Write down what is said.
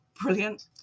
Brilliant